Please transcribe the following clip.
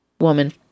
woman